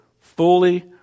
fully